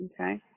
Okay